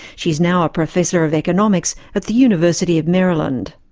she's now a professor of economics at the university of maryland.